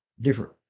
different